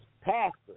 Pastor